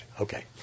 Okay